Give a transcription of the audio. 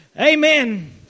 Amen